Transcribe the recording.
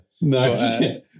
No